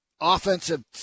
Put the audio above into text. offensive –